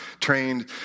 trained